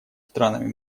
странами